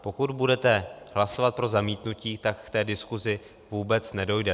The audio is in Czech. Pokud budete hlasovat pro zamítnutí, tak k té diskusi vůbec nedojde.